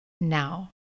now